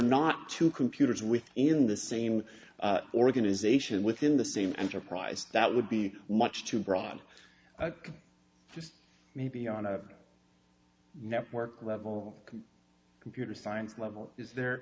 not to computers within the same organization within the same enterprise that would be much too broad just maybe on a network level computer science level is there